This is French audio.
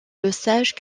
lesage